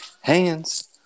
Hands